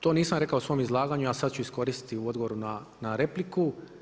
To nisam rekao u svom izlaganju, a sad ću iskoristiti u odgovoru na repliku.